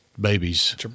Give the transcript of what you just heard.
babies